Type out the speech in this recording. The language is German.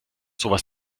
sowas